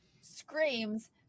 screams